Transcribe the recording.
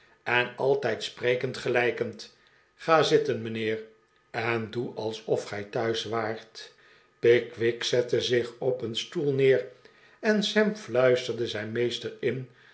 en altijd sprekend gelijkend ga zitten mijnheer en doe alsof gij thuis waart pickwick zette zich op een stoel neer en sam fluisterde zijn meester in